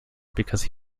because